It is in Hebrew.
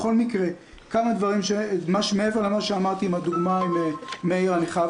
בכל מקרה מעבר למה שאמרתי עם הדוגמה של מאיר אני חייב